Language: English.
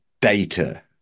data